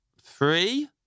three